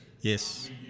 Yes